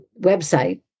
website